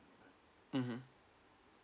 mmhmm